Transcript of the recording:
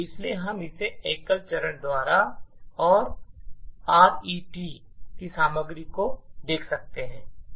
इसलिए हम इसे एकल चरण द्वारा और आरईटी की सामग्री को देख सकते हैं